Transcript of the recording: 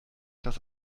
dass